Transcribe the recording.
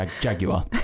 Jaguar